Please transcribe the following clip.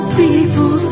people